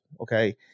okay